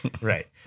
Right